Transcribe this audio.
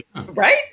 Right